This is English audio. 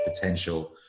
potential